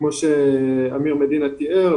כמו שאמיר מדינה תיאר,